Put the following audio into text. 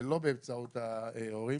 ולא באמצעות ההורים,